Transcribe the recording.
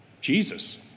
Jesus